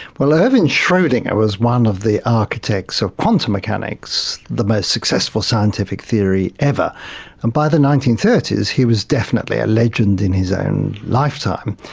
well, erwin schrodinger was one of the architects of quantum mechanics, the most successful scientific theory ever. and by the nineteen thirty s he was definitely a legend in his own lifetime.